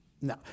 No